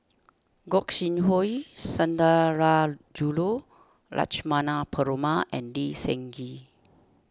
Gog Sing Hooi Sundarajulu Lakshmana Perumal and Lee Seng Gee